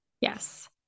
Yes